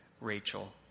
Rachel